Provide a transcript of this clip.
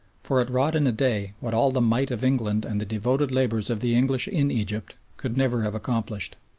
for it wrought in a day what all the might of england and the devoted labours of the english in egypt could never have accomplished.